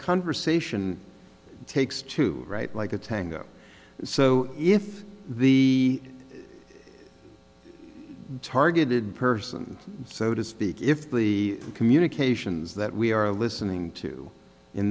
conversation takes to write like a tango so if the targeted person so to speak if the communications that we are listening to in